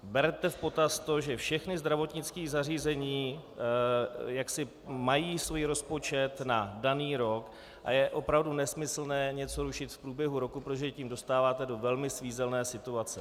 Berte v potaz to, že všechna zdravotnická zařízení mají svůj rozpočet na daný rok a je opravdu nesmyslné něco rušit v průběhu roku, protože je tím dostáváte do velmi svízelné situace.